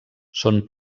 són